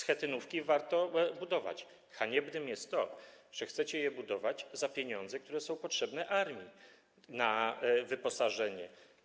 Schetynówki warto budować, haniebne jest to, że chcecie je budować za pieniądze, które są potrzebne armii na wyposażenie.